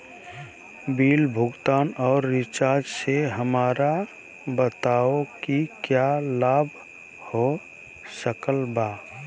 Bill भुगतान और recharge से हमरा बताओ कि क्या लाभ हो सकल बा?